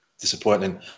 Disappointing